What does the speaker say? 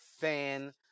fan